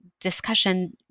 discussion